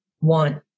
want